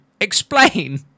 explain